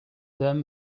them